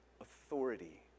authority